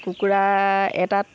কুকুৰা এটাত